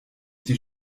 die